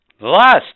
Last